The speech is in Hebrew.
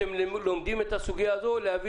אתם לומדים את הסוגיה להביא